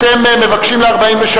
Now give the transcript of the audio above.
תודה רבה.